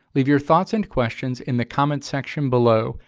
leave your thoughts and questions in the comments section below.